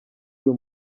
uyu